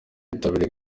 bitabiriye